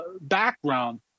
background